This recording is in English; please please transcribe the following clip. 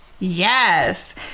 Yes